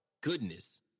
goodness